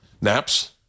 Naps